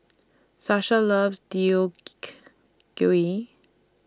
Shasta loves Gui